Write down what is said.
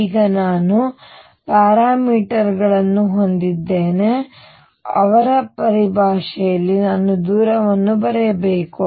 ಈಗ ಇಲ್ಲಿ ನಾನು ಪ್ಯಾರಾಮೀಟರ್parameter ಗಳನ್ನು ಹೊಂದಿದ್ದೇನೆ ಅವರ ಪರಿಭಾಷೆಯಲ್ಲಿ ನಾನು ದೂರವನ್ನು ಬರೆಯಬೇಕು